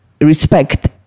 respect